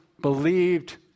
believed